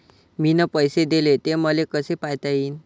मिन पैसे देले, ते मले कसे पायता येईन?